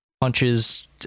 punches